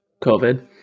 COVID